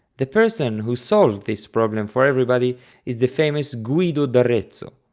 the person who solved this problem for everybody is the famous guido d'arezzo.